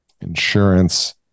insurance